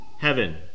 heaven